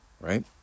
right